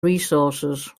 resources